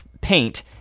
paint